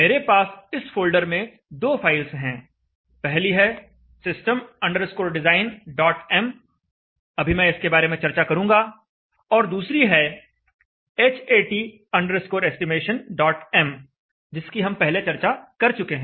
मेरे पास इस फोल्डर में दो फाइल्स हैं पहली है system designm अभी मैं इसके बारे में चर्चा करूंगा और दूसरी है Hat estimationm जिसकी हम पहले चर्चा कर चुके हैं